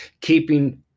keeping